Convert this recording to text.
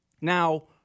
Now